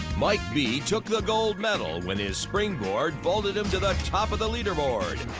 mike b. took the gold medal when his springboard vaulted him to the top of the leaderboard.